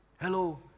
Hello